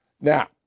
Now